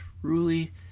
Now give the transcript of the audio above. truly